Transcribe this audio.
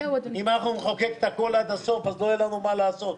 אם אנחנו נחוקק הכול עד הסוף לא יהיה לנו מה לעשות.